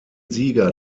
sieger